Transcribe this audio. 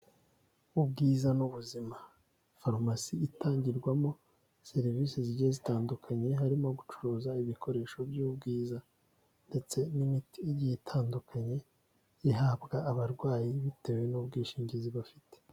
Ubwiza n'ubuzima farumasi itangirwamo serivise zigiye zitandukanye harimo gucuruza ibikoresho by'ubwiza ndetse n'imiti igiye itandukanye, ihabwa abarwayi bitewe n'ubwishingizi bafite.